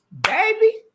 Baby